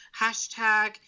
hashtag